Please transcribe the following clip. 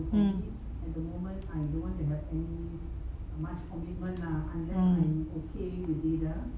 mm mm